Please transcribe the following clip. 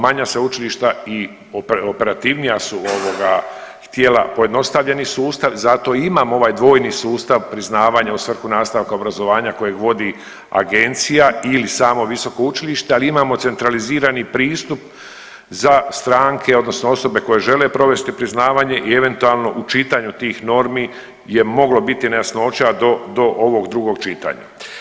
Manja sveučilišta i operativnija su ovoga htjela pojednostavljeni sustav zato i imao ovaj dvojni sustav priznavanja u svrhu nastavka obrazovanja kojeg vodi agencije ili samo visoko učilište, ali imamo centralizirani pristup za stranke odnosno osobe koje žele provesti priznavanje i eventualno u čitanju tih normi je moglo biti nejasnoća do, do ovog drugog čitanja.